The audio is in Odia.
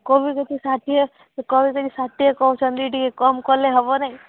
କୋବି ଯଦି ଷାଠିଏ କୋବି ଷାଠିଏ କହୁଛନ୍ତି ଟିକେ କମ କଲେ ହେବନି